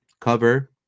cover